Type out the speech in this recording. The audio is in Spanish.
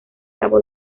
cabo